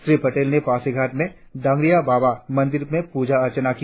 श्री पटेल ने पासीघाट के डांगरिया बाबा मंदिर में प्रजा अर्चना की